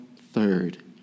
third